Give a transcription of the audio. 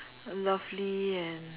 lovely and